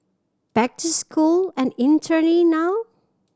back to school and interning now